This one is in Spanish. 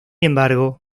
embargo